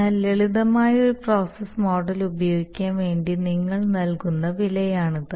എന്നാൽ ലളിതമായ ഒരു പ്രോസസ്സ് മോഡൽ ഉപയോഗിക്കാൻ വേണ്ടി നിങ്ങൾ നൽകുന്ന വിലയാണിത്